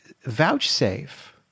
vouchsafe